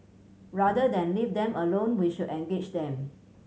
rather than leave them alone we should engage them